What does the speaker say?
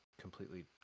completely